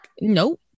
Nope